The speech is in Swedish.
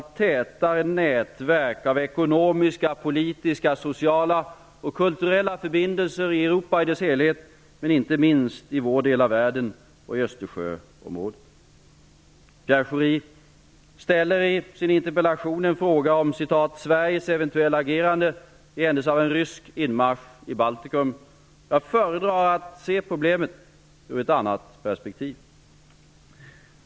Ett allt tätare nätverk av ekonomiska, politiska, sociala och kulturella förbindelser i ett alltmer öppet och integrerat Europa är det främsta instrumentet att trygga stabiliteten och säkra freden i vår världsdel. I Östersjöområdet vill vi väva dessa allt tätare nätverk mellan Norden, de baltiska staterna och nordvästra Ryssland. Här välkomnar vi särskilt en roll för S:t Petersburg i linje med denna världstads bästa traditioner. Pierre Schori ställer i sin interpellation frågan om ''Sveriges eventuella agerande i händelse av en rysk inmarsch i Baltikum''. Jag föredrar dock att se problemet ur ett annat perspektiv.